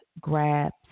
grabs